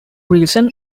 reason